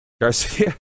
Garcia